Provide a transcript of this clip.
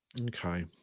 Okay